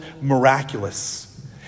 miraculous